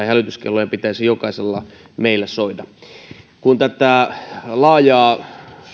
hälytyskellojen pitäisi jokaisella meillä soida kun tätä laajaa